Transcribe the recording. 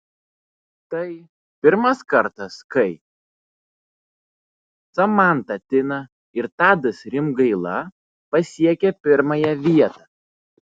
tai pirmas kartas kai samanta tina ir tadas rimgaila pasiekią pirmąją vietą